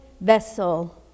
vessel